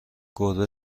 گربه